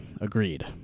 agreed